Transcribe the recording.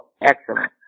excellent